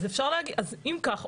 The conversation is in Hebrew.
אם כך,